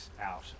out